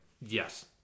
Yes